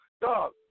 dog